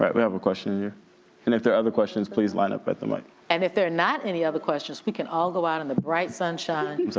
right, we have a question and if there are other questions, please line up at the mic. and if they're not any other questions, we can all go out in the bright sunshine.